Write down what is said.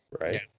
right